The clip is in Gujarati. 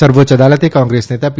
સર્વોચ્ય અદાલતે કોંગ્રેસ નેતા પી